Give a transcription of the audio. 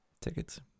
tickets